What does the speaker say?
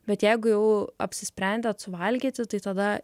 bet jeigu jau apsisprendėt suvalgyti tai tada